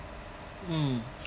mm